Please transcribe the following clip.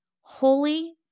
holy